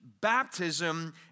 baptism